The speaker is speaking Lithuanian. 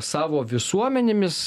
savo visuomenėmis